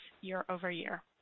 year-over-year